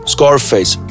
Scarface